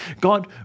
God